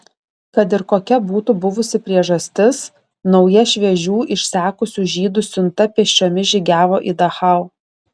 kad ir kokia būtų buvusi priežastis nauja šviežių išsekusių žydų siunta pėsčiomis žygiavo į dachau